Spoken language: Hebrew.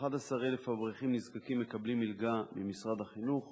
כ-11,000 אברכים נזקקים מקבלים מלגה ממשרד החינוך